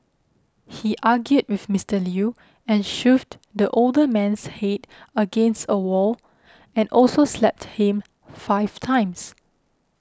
he argued with Mister Lew and shoved the older man's head against a wall and also slapped him five times